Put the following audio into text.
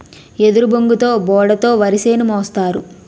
ఎదురుబొంగుతో బోడ తో వరిసేను మోస్తారు